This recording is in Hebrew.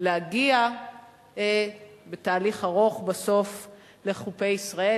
להגיע בתהליך ארוך בסוף לחופי ישראל,